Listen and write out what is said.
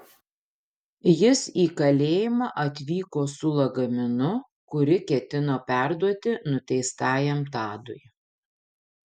jis į kalėjimą atvyko su lagaminu kuri ketino perduoti nuteistajam tadui